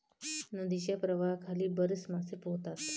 नदीच्या प्रवाहाखाली बरेच मासे पोहतात